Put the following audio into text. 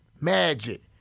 Magic